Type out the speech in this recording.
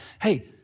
hey